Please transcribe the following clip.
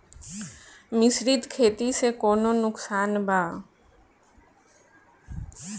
मिश्रित खेती से कौनो नुकसान बा?